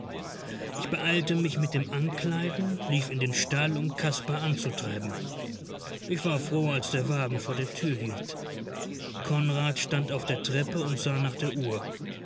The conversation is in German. ich beeilte mich mit dem ankleiden lief in den stall um kaspar anzutreiben ich war froh als der wagen vor der tür hielt konrad stand auf der treppe und sah nach der uhr